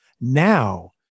now